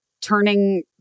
turning